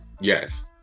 yes